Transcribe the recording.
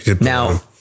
Now